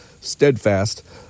steadfast